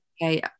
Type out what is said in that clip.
okay